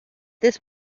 this